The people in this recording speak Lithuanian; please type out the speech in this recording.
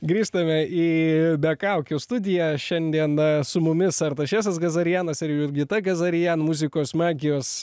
grįžtame į be kaukių studiją šiandien su mumis artašesas gazarianas ir jurgita gazarian muzikos magijos